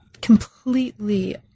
completely